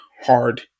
hard